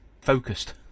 focused